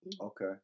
Okay